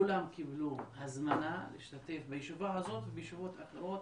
כולם קיבלו הזמנה להשתתף בישיבה הזאת ובישיבות אחרות